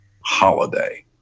holiday